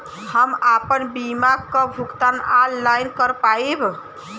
हम आपन बीमा क भुगतान ऑनलाइन कर पाईब?